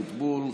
לוועדת העבודה,